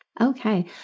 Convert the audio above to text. Okay